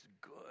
good